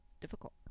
difficult